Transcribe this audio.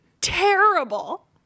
Terrible